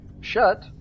shut